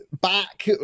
back